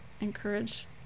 encourage